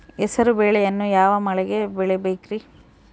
ಹೆಸರುಬೇಳೆಯನ್ನು ಯಾವ ಮಳೆಗೆ ಬೆಳಿಬೇಕ್ರಿ?